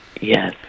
Yes